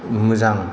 मोजां